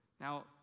now